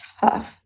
tough